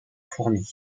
fourmi